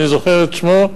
אני זוכר את שמו,